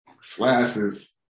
slashes